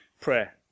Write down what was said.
prayer